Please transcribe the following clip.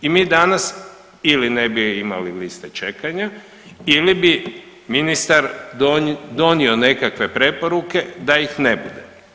I mi danas ili ne bi imali liste čekanja ili bi ministar donio nekakve preporuke da ih ne bude.